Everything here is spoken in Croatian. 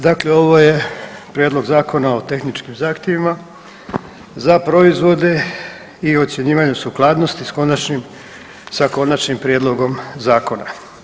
Dakle ovo je Prijedlog Zakona o tehničkim zahtjevima za proizvode i ocjenjivanju sukladnosti s konačnim prijedlogom zakona.